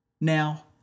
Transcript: now